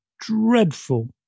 dreadful